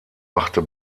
machte